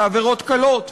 בעבירות קלות,